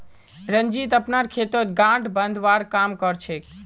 रंजीत अपनार खेतत गांठ बांधवार काम कर छेक